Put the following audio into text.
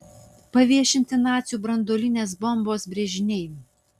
paviešinti nacių branduolinės bombos brėžiniai